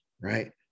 right